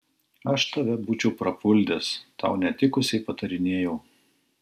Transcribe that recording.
aš tave būčiau prapuldęs tau netikusiai patarinėjau